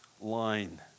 line